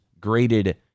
graded